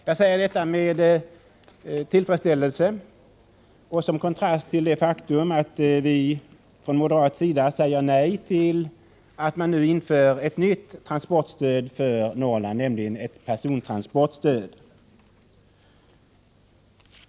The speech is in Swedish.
Jag säger detta med tillfredsställelse och som kontrast till det faktum att vi från moderat sida säger nej till att man nu inför ett nytt transportstöd för Norrland, nämligen ett persontransportstöd.